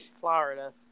Florida